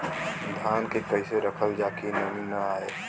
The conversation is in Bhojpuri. धान के कइसे रखल जाकि नमी न आए?